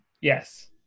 Yes